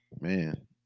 man